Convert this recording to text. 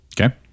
Okay